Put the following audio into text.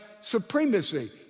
supremacy